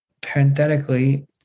parenthetically